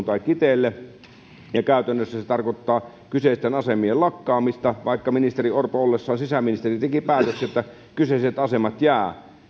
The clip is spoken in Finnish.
joensuuhun tai kiteelle käytännössä se tarkoittaa kyseisten asemien lakkaamista vaikka ministeri orpo ollessaan sisäministeri teki päätöksen että kyseiset asemat jäävät